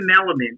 element